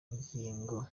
ingingo